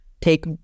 take